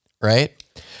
right